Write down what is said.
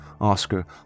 Oscar